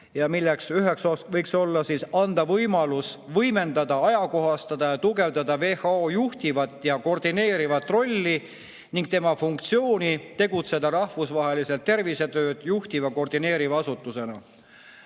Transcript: millest üks võiks olla anda võimalus võimendada, ajakohastada ja tugevdada WHO juhtivat ja koordineerivat rolli ning tema funktsiooni tegutseda rahvusvaheliselt tervisetööd juhtiva ja koordineeriva asutusena.